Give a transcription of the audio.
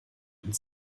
und